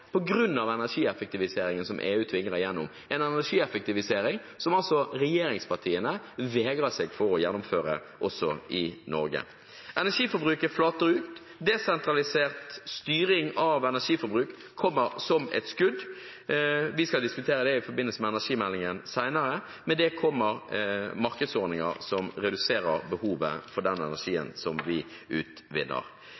energieffektiviseringen som EU tvinger igjennom, en energieffektivisering som regjeringspartiene altså vegrer seg for å gjennomføre i Norge. Energiforbruket flater ut. Desentralisert styring av energiforbruk kommer som et skudd – vi skal diskutere det i forbindelse med energimeldingen senere. Med dette kommer markedsordninger som reduserer behovet for den energien